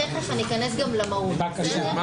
תיכף אכנס גם למהות.